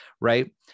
right